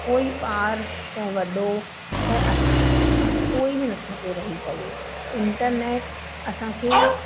कोई ॿारु चाहे वॾो चाहे असां कोई बि नथो पियो रही सघे इंटरनेट असांखे